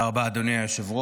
תודה רבה, אדוני היושב-ראש.